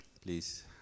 Please